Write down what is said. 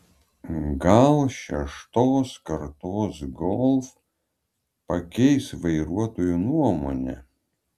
gal šeštos kartos golf pakeis vertintojų nuomonę